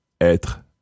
être